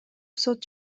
сот